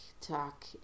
talk